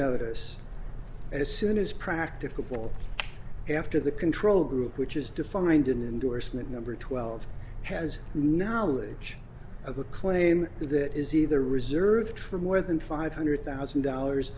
notice as soon as practicable after the control group which is defined in indorsement number twelve has knowledge of a claim that is either reserved for more than five hundred thousand dollars